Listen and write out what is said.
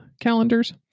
calendars